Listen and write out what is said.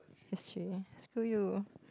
S_G screw you